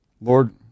Lord